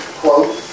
quote